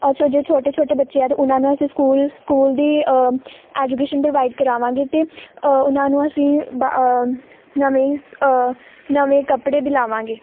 ਅੱਛਾ ਜੇ ਛੋਟੇ ਛੋਟੇ ਬੱਚੇ ਹੈ ਤਾਂ ਉਹਨਾਂ ਨੂੰ ਅਸੀਂ ਸਕੂਲ ਸਕੂਲ ਦੀ ਐਜੂਕੇਸ਼ਨ ਪ੍ਰੋਵਾਈਡ ਕਰਾਵਾਂਗੇ ਅਤੇ ਉਹਨਾਂ ਨੂੰ ਅਸੀ ਬ ਨਵੇਂ ਨਵੇਂ ਸ ਕੱਪੜੇ ਵੀ ਦਿਲਾਵਾਂਗੇ